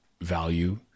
value